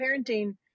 parenting